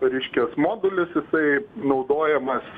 reiškias modulis jisai naudojamas